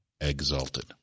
exalted